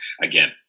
again